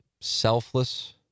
selfless